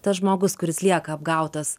tas žmogus kuris lieka apgautas